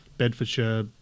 bedfordshire